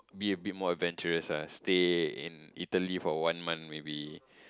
be a bit more adventurous ah stay in Italy for one month maybe